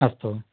अस्तु